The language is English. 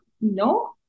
no